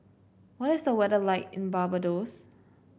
what is the weather like in Barbados